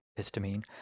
histamine